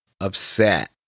upset